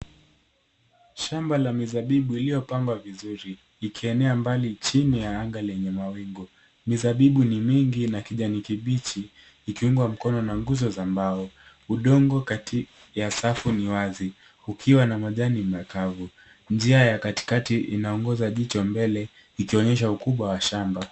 Shamba la mizabibu iliyopangwa vizuri, ikienea mbali chini ya anga lenye mawingu. Mizabibu ni mingi na ya kijani kibichi, ikiungwa mkono na nguzo za mbao. Udongo kati ya safu ni wazi. Ukiwa na majani makavu. Njia ya katikati inaongoza jicho mbele, ikionyesha ulkubwa wa shamba.